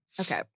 Okay